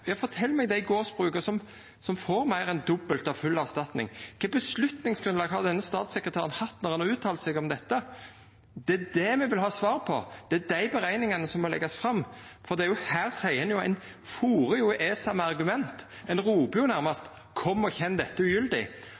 meg dei gardsbruka som får meir enn dobbelt av full erstatning. Kva avgjerdsgrunnlag har denne statssekretæren hatt når han har uttala seg om dette? Det er det me vil ha svar på, det er dei berekningane som må leggjast fram. Her fôrar ein ESA med argument, ein ropar nærmast: Kom og kjenn dette ugyldig! Det som er